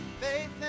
Faith